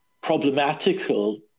problematical